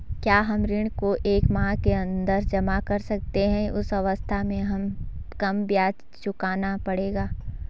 क्या हम ऋण को एक माह के अन्दर जमा कर सकते हैं उस अवस्था में हमें कम ब्याज चुकाना पड़ेगा?